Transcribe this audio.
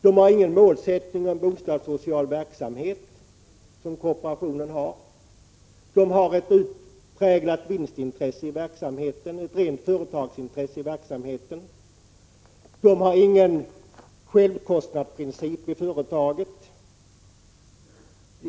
Man har ingen målsättning om en bostadssocial verksamhet, som kooperationen. Man har ett utpräglat vinstintresse — ett rent företagsintresse — i verksamheten. Man har ingen självkostnadsprincip i företaget.